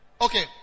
Okay